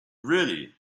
really